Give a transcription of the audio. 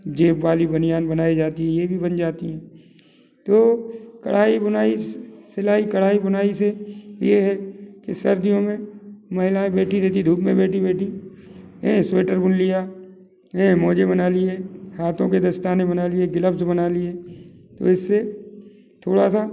जेब वाली बनियान बनाई जाती है ये भी बन जाती हैं तो कढ़ाई बुनाई सिलाई कढ़ाई बुनाई से ये है कि सर्दियाें में महिलाऍं बैठी रहती हैं धूप में बैठी बैठी स्वेटर बुन लिया मोज़े बना लिए हाथों के दस्ताने बना लिए गिलव्ज़ बना लिए तो इससे थोड़ा सा